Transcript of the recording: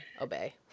Obey